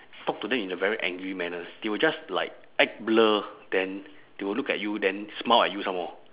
talk to them in a very angry manner they will just like act blur then they will look at you then smile at you some more